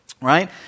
Right